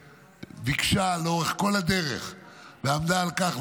שביקשה לאורך כל הדרך ועמדה על כך,